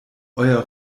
euer